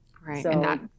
Right